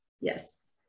Yes